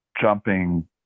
jumping